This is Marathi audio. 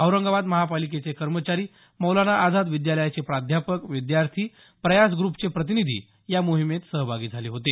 औरंगाबाद महानगरपालिकेचे कर्मचारी मौलाना आझाद महाविद्यालयाचे प्राध्यापक विद्यार्थी प्रयास ग्रुपचे प्रतिनिधी या मोहिमेत सहभागी झाले होते